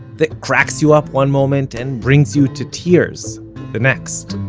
that cracks you up one moment, and brings you to tears the next.